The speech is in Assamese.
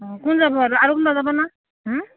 অঁ কোন যাব আৰু আৰু কোনবা যাব না হু